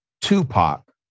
Tupac